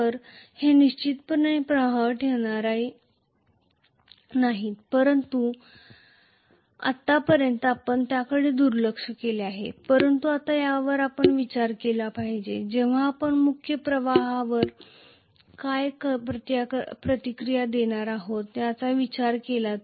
तर ते निश्चितपणे प्रवाह ठेवणार नाहीत परंतु आतापर्यंत आपण त्याकडे दुर्लक्ष केले आहे परंतु आता आपण यावर विचार केला पाहिजे आणि जेव्हा आपण मुख्य प्रवाहांवर काय प्रतिक्रिया देणार आहोत यावर विचार केला जाईल